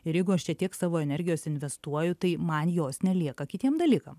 ir jeigu aš čia tiek savo energijos investuoju tai man jos nelieka kitiem dalykam